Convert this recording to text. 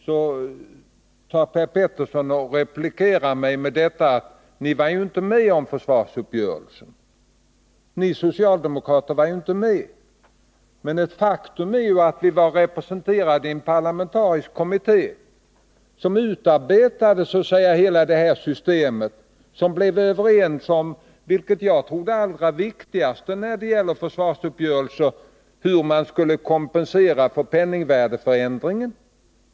Då replikerar Per Petersson mig genom att säga att vi socialdemokrater inte var med om försvarsuppgörelsen. Men faktum är att vi var representerade i en parlamentarisk kommitté som utarbetade så att säga hela det system som vi sedan blev överens om. Jag tror att det allra viktigaste när det gäller försvarsuppgörelser är hur man skall kompensera när det gäller penningvärdeförändringen.